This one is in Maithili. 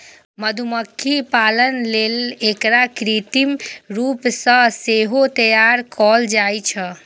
मधुमाछी पालन लेल एकरा कृत्रिम रूप सं सेहो तैयार कैल जाइ छै